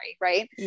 right